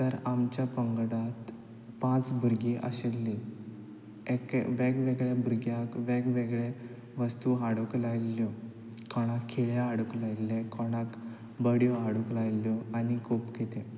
तर आमच्या पंगडांत पांच भुरगीं आशिल्लीं वेग वेगळ्या भुरग्याक वेग वेगळे वस्तू हाडूंक लायिल्ल्यो कोणाक खिळे हाडूंक लायिल्ले कोणाक बडयो हाडूंक लायिल्ल्यो आनी खूब कितें